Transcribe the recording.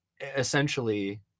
essentially